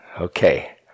okay